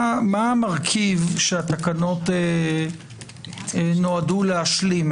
מה המרכיב שהתקנות נועדו להשלים?